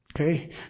Okay